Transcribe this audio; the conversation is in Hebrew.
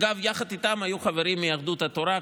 אגב, יחד איתם היו חברים מיהדות התורה.